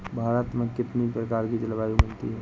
भारत में कितनी प्रकार की जलवायु मिलती है?